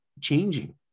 changing